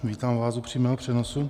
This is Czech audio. Vítám vás u přímého přenosu.